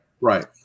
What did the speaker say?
Right